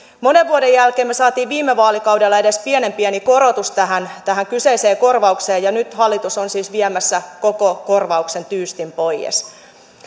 monen vuoden jälkeen saatiin viime vaalikaudella edes pienen pieni korotus tähän tähän kyseiseen korvaukseen ja nyt hallitus on siis viemässä koko korvauksen tyystin pois